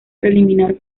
preliminar